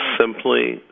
simply